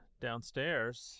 downstairs